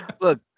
Look